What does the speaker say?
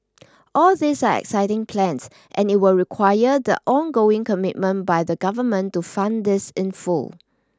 all these are exciting plans and it will require the ongoing commitment by the Government to fund this in full